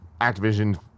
Activision